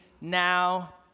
now